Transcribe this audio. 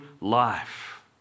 life